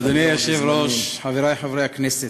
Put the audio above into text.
אדוני היושב-ראש, חברי חברי הכנסת,